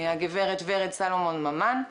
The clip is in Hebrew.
הגברת ורד סלומון ממן.